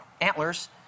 antlers